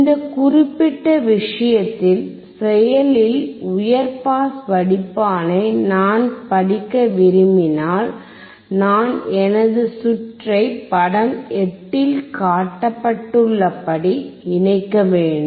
இந்த குறிப்பிட்ட விஷயத்தில் செயலில் உயர் பாஸ் வடிப்பானை நான் படிக்க விரும்பினால் நான் எனது சுற்றுஐ படம் 8 இல் காட்டப்பட்டுள்ளபடி இணைக்க வேண்டும்